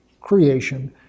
creation